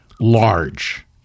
large